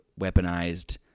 weaponized